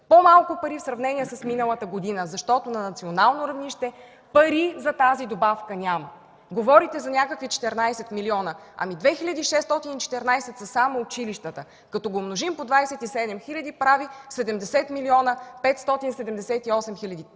по-малко пари в сравнение с миналата година, защото на национално равнище пари за тази добавка няма. Говорите за някакви 14 милиона. Ами 2614 са само училищата. Като го умножим по 27 хиляди, прави 70 578 000 лв.